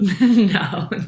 No